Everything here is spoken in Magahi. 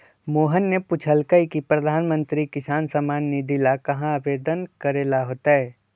मोहन ने पूछल कई की प्रधानमंत्री किसान सम्मान निधि ला कहाँ आवेदन करे ला होतय?